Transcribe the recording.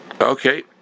Okay